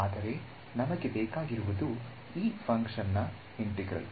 ಆದರೆ ನಮಗೆ ಬೇಕಾಗಿರುವುದು ಈ ಫಂಕ್ಷನ್ ನಾ ಇಂಟೆಗ್ರಲ್